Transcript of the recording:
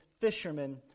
fisherman